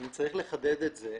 אני צריך לחדד את זה.